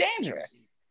dangerous